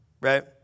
Right